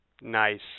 Nice